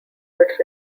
but